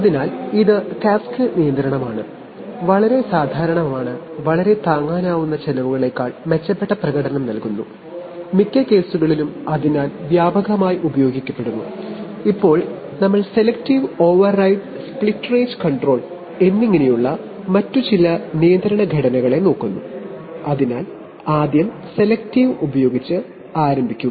അതിനാൽ ഇത് കാസ്കേഡ് നിയന്ത്രണമാണ് വളരെ സാധാരണമാണ് മിക്ക കേസുകളിലും വളരെ താങ്ങാനാവുന്ന ചെലവുകളേക്കാൾ മെച്ചപ്പെട്ട പ്രകടനം നൽകുന്നു അതിനാൽ വ്യാപകമായി ഉപയോഗിക്കപ്പെടുന്നു ഇപ്പോൾ ഞങ്ങൾ selective override split range control എന്നിങ്ങനെയുള്ള മറ്റ് ചില നിയന്ത്രണ ഘടനകളെ നോക്കുന്നു അതിനാൽ ആദ്യം സെലക്ടീവ് നിയന്ത്രണം ഉപയോഗിച്ച് ആരംഭിക്കുക